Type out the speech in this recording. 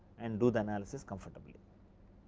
and do the analysis comfortably.